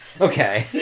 Okay